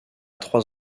trois